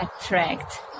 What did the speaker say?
attract